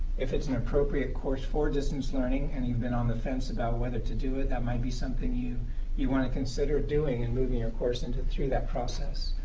if it's an appropriate course for distance-learning and you've been on the fence about whether to do it, that might be something you you want to consider doing and moving your course through that process,